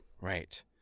Right